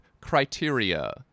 criteria